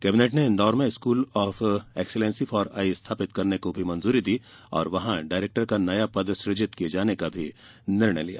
cabinet ने इंदौर में school of excellence for eye स्थापित करने को मंजूरी दी और वहां डायरेक्टर का नया पद सुजित किये जाने का भी निर्णय लिया